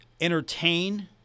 entertain